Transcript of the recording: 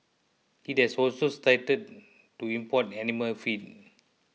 it has also started to import animal feed